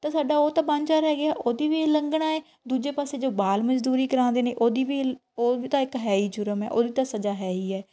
ਤਾਂ ਸਾਡਾ ਉਹ ਤਾਂ ਵਾਝਾਂ ਰਹਿ ਗਿਆ ਉਹਦੀ ਵੀ ਉਲੰਘਣਾ ਹੈ ਦੂਜੇ ਪਾਸੇ ਜੋ ਬਾਲ ਮਜ਼ਦੂਰੀ ਕਰਾਉਂਦੇ ਨੇ ਉਹਦੀ ਵੀ ਉਹ ਤਾਂ ਇੱਕ ਹੈ ਹੀ ਜੁਰਮ ਹੈ ਉਹਦੀ ਤਾਂ ਸਜ਼ਾ ਹੈ ਹੀ ਹੈ